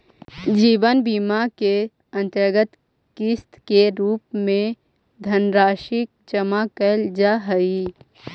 जीवन बीमा के अंतर्गत किस्त के रूप में धनराशि जमा कैल जा हई